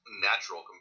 natural